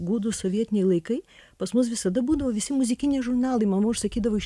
gūdūs sovietiniai laikai pas mus visada būdavo visi muzikiniai žurnalai mama užsakydavo iš